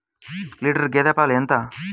Litre గేదె పాలు ఎంత?